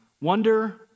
Wonder